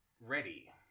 ready